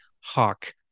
hawk